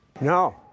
No